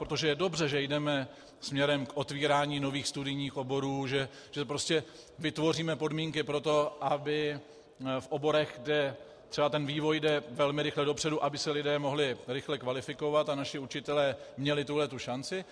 Protože je dobře, že jdeme směrem k otvírání nových studijních oborů, že prostě vytvoříme podmínky pro to, aby se v oborech, kde třeba vývoj jde velmi rychle dopředu, lidé mohli rychle kvalifikovat a naši učitelé měli tuhle tu šanci.